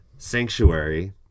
Sanctuary